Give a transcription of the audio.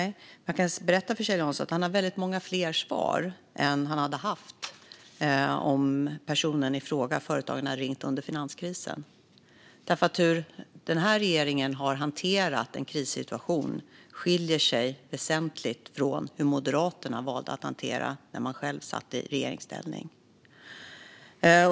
Jag kan berätta för Kjell Jansson att han har väldigt många fler svar än han hade haft om personen eller företagaren i fråga hade ringt under finanskrisen. Hur denna regering har hanterat en krissituation skiljer sig väsentligt från hur Moderaterna valde att hantera det hela när de satt i regeringsställning.